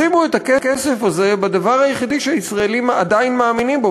ישימו את הכסף הזה בדבר היחידי שהישראליים עדיין מאמינים בו,